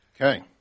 Okay